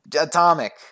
Atomic